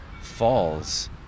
falls